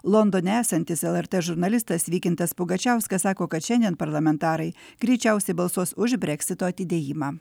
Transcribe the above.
londone esantis lrt žurnalistas vykintas pugačiauskas sako kad šiandien parlamentarai greičiausiai balsuos už breksito atidėjimą